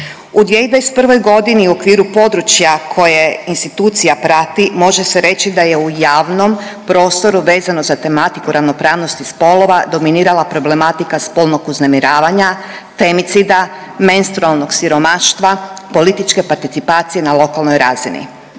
U 2021.g. u okviru područja koje institucija prati može se reći da je u javnom prostoru vezano za tematiku ravnopravnosti spolova dominirala problematika spolnog uznemiravanja, temicida, menstrualnog siromaštva, političke participacije na lokalnoj razini.